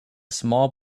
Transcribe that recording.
small